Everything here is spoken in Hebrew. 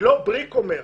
זה לא בריק אומר,